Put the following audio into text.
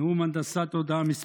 נאום הנדסת תודעה מס'